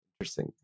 Interesting